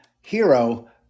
hero